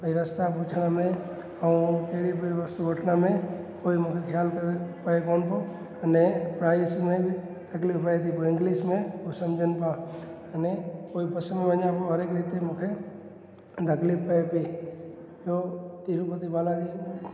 भई रस्ता पुछण में ऐं कहिड़ी बि वस्तु वठण में कोई मूंखे ख़्यालु काने पिए कोन पियो अने प्राइस में बि तकलीफ़ पिए थी पोइ इंग्लिश में उहो समुझनि पिया अने कोई पसंदि वञा पोइ हरेक रीते मूंखे तकलीफ़ पिए पेई इहो तिरुपति बालाजी